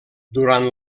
durant